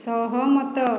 ସହମତ